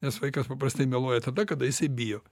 nes vaikas paprastai meluoja tada kada jisai bijo